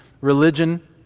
religion